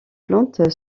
plante